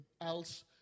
else